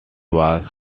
was